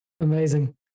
Amazing